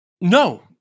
No